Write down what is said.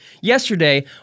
Yesterday